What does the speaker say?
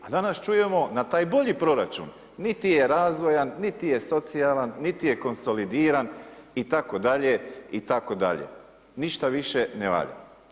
A danas čujemo na taj bolji proračun niti je razvojan, niti je socijalan, niti je konsolidiran itd. itd. ništa više ne valja.